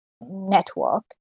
network